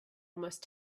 almost